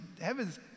Heaven's